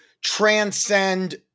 transcend